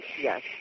Yes